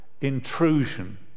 intrusion